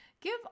Give